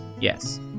yes